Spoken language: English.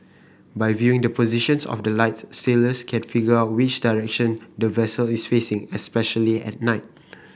by viewing the positions of the lights sailors can figure out which direction the vessel is facing especially at night